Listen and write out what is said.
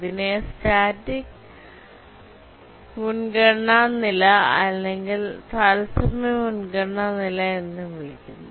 ഇതിനെ സ്റ്റാറ്റിക് മുൻഗണന നില അല്ലെങ്കിൽ തത്സമയ മുൻഗണന നില എന്നും വിളിക്കുന്നു